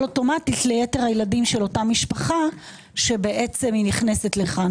אוטומטית ליתר הילדים של אותה משפחה שנכנסת לכאן.